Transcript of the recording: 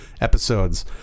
episodes